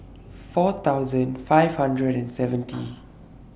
four thousand five hundred and seventy